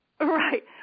Right